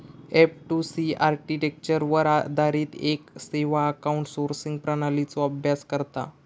F two C आर्किटेक्चरवर आधारित येक सेवा आउटसोर्सिंग प्रणालीचो अभ्यास करता